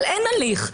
אבל אין הליך,